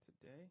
today